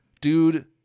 dude